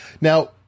Now